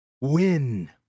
Win